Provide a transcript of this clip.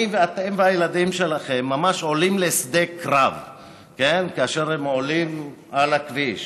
אני ואתם והילדים שלכם ממש עולים לשדה קרב כאשר אנחנו עולים על הכביש.